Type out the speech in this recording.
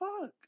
fuck